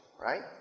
right